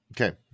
Okay